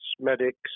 medics